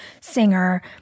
singer